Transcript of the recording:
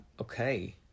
Okay